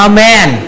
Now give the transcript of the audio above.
Amen